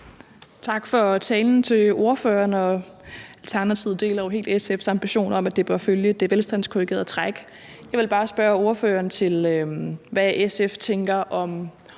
Tak til ordføreren for talen. Alternativet deler jo helt SF's ambition om, at det bør følge det velstandskorrigerede demografiske træk. Jeg vil bare spørge ordføreren, hvad SF tænker om